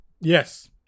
Yes